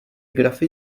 grafy